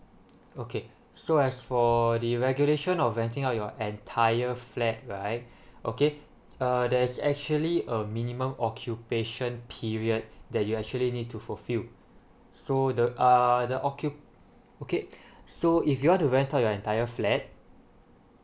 okay so as for the regulation of renting out your entire flat right okay uh there's actually a minimum occupation period that you actually need to fulfill so the uh the occu~ okay so if you want the rent out the entire flat